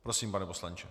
Prosím, pane poslanče.